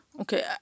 Okay